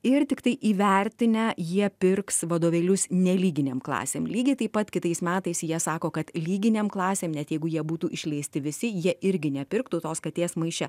ir tiktai įvertinę jie pirks vadovėlius nelyginėm klasėm lygiai taip pat kitais metais jie sako kad lyginėm klasėm net jeigu jie būtų išleisti visi jie irgi nepirktų tos katės maiše